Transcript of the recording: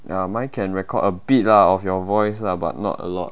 ya mine can record a bit lah of your voice lah but not a lot